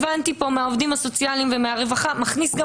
הבנתי פה מהעובדים הסוציאליים ומהרווחה מכניס גם